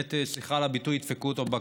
באמת סליחה על הביטוי, ידפקו אותו בקפה.